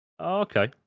okay